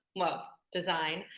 well, design.